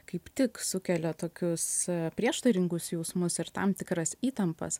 kaip tik sukelia tokius prieštaringus jausmus ir tam tikras įtampas